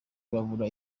babura